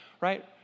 right